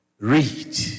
read